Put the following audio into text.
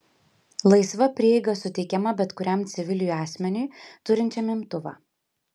laisva prieiga suteikiama bet kuriam civiliui asmeniui turinčiam imtuvą